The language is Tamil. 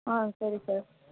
ஆ சரி சார்